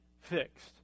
fixed